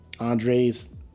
Andre's